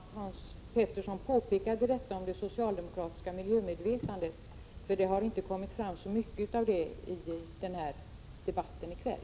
Herr talman! Det var bra att Hans Pettersson i Helsingborg påpekade detta om det socialdemokratiska miljömedvetandet, för det har inte kommit fram så mycket av det i debatten här i kväll.